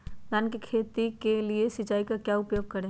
धान की खेती के लिए सिंचाई का क्या उपयोग करें?